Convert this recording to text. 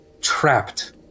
Trapped